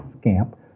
scamp